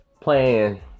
playing